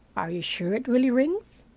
are you sure it really rings?